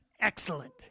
Excellent